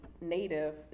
native